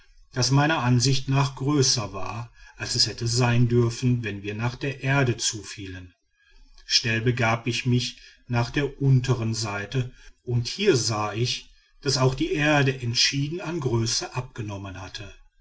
das meiner ansicht nach größer war als es hätte sein dürfen wenn wir nach der erde zu fielen schnell begab ich mich nach der unteren seite und hier sah ich daß auch die erde entschieden an größe abgenommen hatte